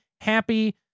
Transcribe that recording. happy